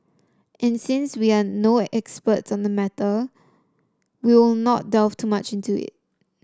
and since we are no experts on the matter we will not delve too much into it